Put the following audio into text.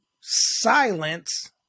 silence